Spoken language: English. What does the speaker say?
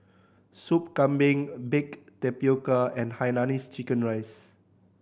Sup Kambing baked tapioca and hainanese chicken rice